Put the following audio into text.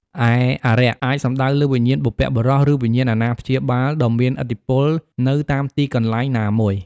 ឯ "អារក្ស" អាចសំដៅលើវិញ្ញាណបុព្វបុរស ឬវិញ្ញាណអាណាព្យាបាលដ៏មានឥទ្ធិពលនៅតាមទីកន្លែងណាមួយ។